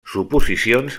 suposicions